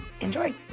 Enjoy